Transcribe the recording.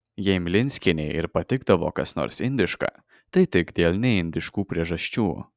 jei mlinskienei ir patikdavo kas nors indiška tai tik dėl neindiškų priežasčių